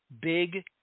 big